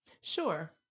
Sure